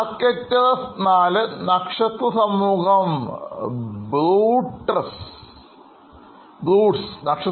ആർക്റ്ററസ്IV നക്ഷത്ര സമൂഹം Bootes Bootes